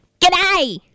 G'day